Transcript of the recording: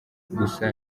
gusa